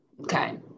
Okay